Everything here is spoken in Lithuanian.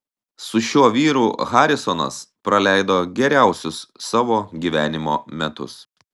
su šiuo vyru harisonas praleido geriausius savo gyvenimo metus